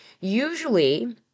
Usually